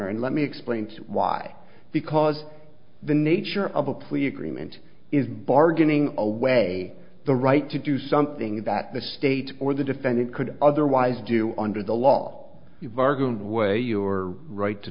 or and let me explain why because the nature of a plea agreement is bargaining away the right to do something that the state or the defendant could otherwise do under the law you bargained away your right to